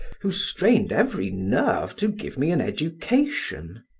who strained every nerve to give me an education.